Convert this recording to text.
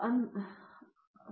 ವಿಶ್ವನಾಥನ್ ಅದು ಪ್ರತಿಬಿಂಬಿಸುವದು